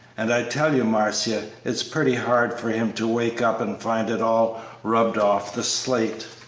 and i tell you, marcia, it's pretty hard for him to wake up and find it all rubbed off the slate!